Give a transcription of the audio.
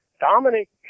Dominic